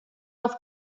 auf